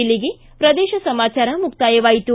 ಇಲ್ಲಿಗೆ ಪ್ರದೇಶ ಸಮಾಚಾರ ಮುಕ್ತಾಯವಾಯಿತು